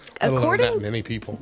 According